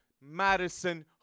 madison